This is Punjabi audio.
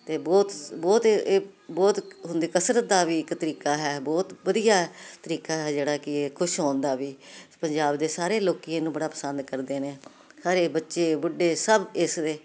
ਅਤੇ ਬਹੁਤ ਸ ਬਹੁਤ ਇਹ ਬਹੁਤ ਹੁੰਦੇ ਕਸਰਤ ਦਾ ਵੀ ਇੱਕ ਤਰੀਕਾ ਹੈ ਬਹੁਤ ਵਧੀਆ ਤਰੀਕਾ ਹੈ ਜਿਹੜਾ ਕਿ ਇਹ ਖੁਸ਼ ਹੋਣ ਦਾ ਵੀ ਪੰਜਾਬ ਦੇ ਸਾਰੇ ਲੋਕ ਇਹਨੂੰ ਬੜਾ ਪਸੰਦ ਕਰਦੇ ਨੇ ਸਾਰੇ ਬੱਚੇ ਬੁੱਢੇ ਸਭ ਇਸਦੇ